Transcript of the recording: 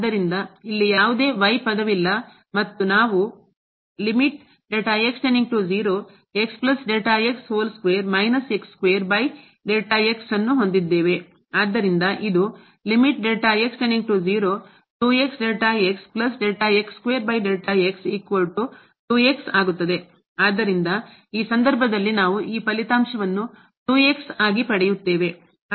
ಆದ್ದರಿಂದ ಇಲ್ಲಿ ಯಾವುದೇ ಪದವಿಲ್ಲ ಮತ್ತು ನಾವು ಅನ್ನು ಹೊಂದಿದ್ದೇವೆ ಆದ್ದರಿಂದ ಇದು ಆದ್ದರಿಂದ ಈ ಸಂದರ್ಭದಲ್ಲಿ ನಾವು ಈ ಫಲಿತಾಂಶವನ್ನು ಆಗಿ ಪಡೆಯುತ್ತೇವೆ